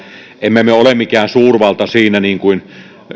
emme me ole mikään suurvalta siinä niin kuin edustaja